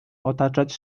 otaczać